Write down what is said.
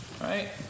right